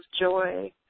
joy